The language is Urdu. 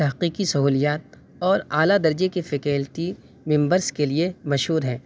تحقیقی سہولیات اور اعلیٰ درجے کی فیکلٹی ممبرس کے لیے مشہور ہے